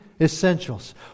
essentials